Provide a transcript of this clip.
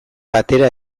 batera